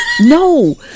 No